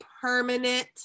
permanent